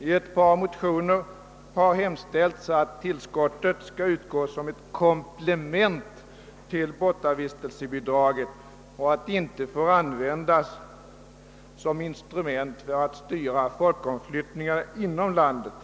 I ett par motioner har yrkats att hyrestillskottet skall utgå som ett komplement till bortavistelsebidraget och att det inte får användas som instrument för att styra folkomflyttningar inom landet.